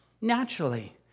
naturally